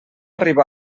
riba